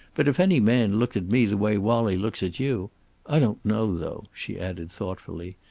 but if any man looked at me the way wallie looks at you i don't know, though, she added, thoughtfully.